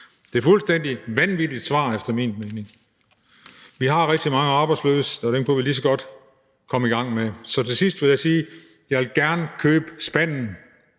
Det er et fuldstændig vanvittigt svar efter min mening. Vi har rigtig mange arbejdsløse, og dem kunne vi lige så godt komme i gang med. Så til sidst vil jeg sige: Jeg vil gerne købe spanden,